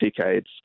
decades